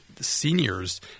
seniors